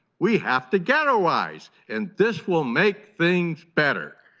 we have to ghetto ize and this will make things better,